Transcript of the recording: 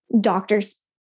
doctors